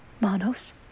Manos